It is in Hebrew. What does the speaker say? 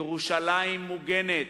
ירושלים מוגנת.